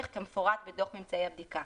"כמפורט בדוח ממצאי הבדיקה".